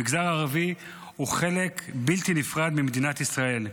המגזר הערבי הוא חלק בלתי נפרד ממדינת ישראל,